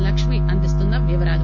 లక్ష్మి అందిస్తున్న వివరాలు